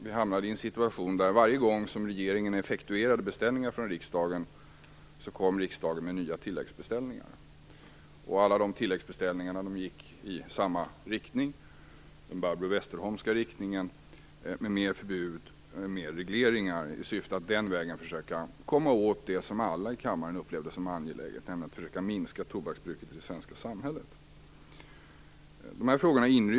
Vi hamnade i en situation där riksdagen kom med nya tilläggsbeställningar varje gång regeringen effektuerade beställningar från riksdagen. Alla dessa tilläggsbeställningar gick i samma riktning, den Barbro Westerholmska riktningen, med mer förbud och mer regleringar i syfte att den vägen försöka komma åt det som alla i kammaren upplevde som angeläget, nämligen att försöka minska tobaksbruket i det svenska samhället.